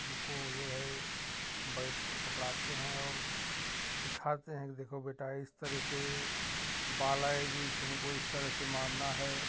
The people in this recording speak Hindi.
उनको जो है बैट को पकड़ाते हैं और सिखाते हैं कि देखो बेटा इस तरह से बॉल आएगी तुमको इस तरह से मारना है